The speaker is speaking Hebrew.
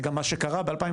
זה גם מה שקרה ב-2014,